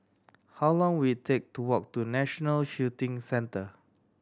how long will it take to walk to National Shooting Centre